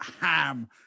ham